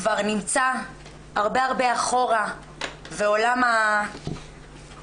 כבר נמצא הרבה הרבה אחורה והעולם המודרני